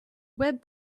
web